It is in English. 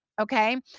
okay